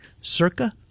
Circa